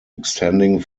extending